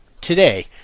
today